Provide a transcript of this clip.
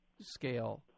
scale